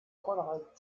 konrad